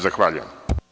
Zahvaljujem.